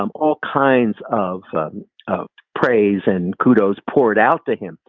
um all kinds of um of praise and kudos poured out to him,